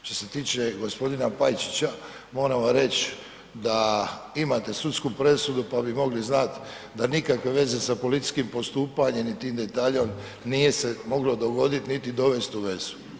Što se tiče gospodina Pajčića moram vam reći da imate sudsku presudu pa bi mogli znati da nikakve veze sa policijskim postupanjem i tim detaljem nije se moglo dogodit niti dovest u vezu.